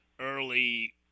early